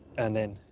and then.